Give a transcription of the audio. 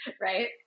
right